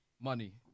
money